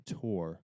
tour